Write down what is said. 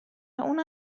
اون